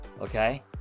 okay